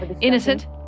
Innocent